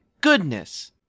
goodness